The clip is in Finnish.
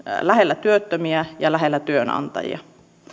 lähellä työttömiä ja lähellä työnantajia